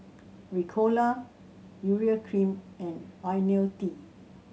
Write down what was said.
Ricola Urea Cream and Ionil T